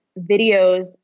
videos